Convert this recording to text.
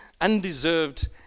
undeserved